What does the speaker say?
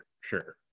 sure